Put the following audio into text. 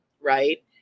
right